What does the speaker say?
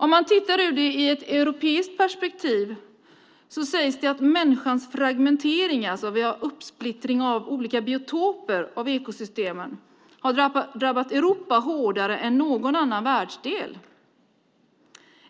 Om man tittar på det ur ett europeiskt perspektiv sägs det att människans fragmentering - vi har uppsplittring av olika biotoper av ekosystemen - har drabbat Europa hårdare än någon annan världsdel. Som